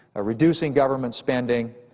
ah reducing government spending,